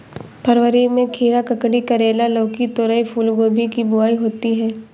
फरवरी में खीरा, ककड़ी, करेला, लौकी, तोरई, फूलगोभी की बुआई होती है